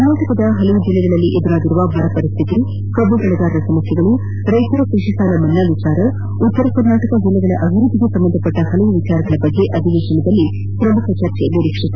ಕರ್ನಾಟಕದ ಹಲವು ಜಿಲ್ಲೆಗಳಲ್ಲಿ ಎದುರಾಗಿರುವ ಬರಪರಿಸ್ತಿತಿ ಕಬ್ಬು ಬೆಳೆಗಾರರ ಸಮಸ್ಯೆಗಳು ರೈತರ ಕೃಷಿ ಸಾಲಮನ್ನಾ ವಿಚಾರ ಉತ್ತರ ಕರ್ನಾಟಕ ಜಿಲ್ಲೆಗಳ ಅಭಿವ್ವದ್ದಿಗೆ ಸಂಬಂಧಿಸಿದ ಹಲವು ವಿಷಯಗಳ ಬಗ್ಗೆ ಅಧಿವೇಶನದಲ್ಲಿ ಪ್ರಮುಖ ಚರ್ಚೆಯಾಗಲಿದೆ